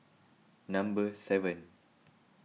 number seven